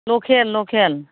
local local